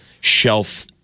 shelf